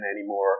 anymore